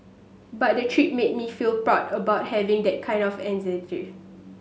but the trip made me feel proud about having that kind of ancestry